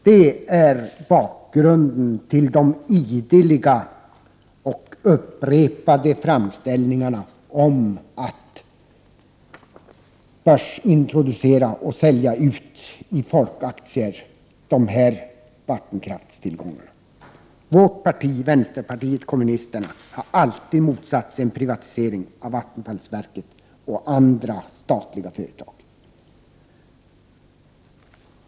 Det är bakgrunden till de ideligen upprepade framställningarna om att börsintroducera och sälja ut i folkaktier de här vattenkraftstillgångarna. Vårt parti, vänsterpartiet kommunisterna, har alltid motsatt sig en privatisering av vattenfallsverket och andra statliga företag.